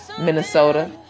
Minnesota